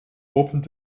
opened